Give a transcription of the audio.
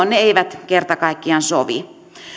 ne eivät kerta kaikkiaan sovi